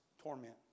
torment